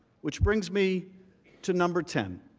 which brings me to number ten.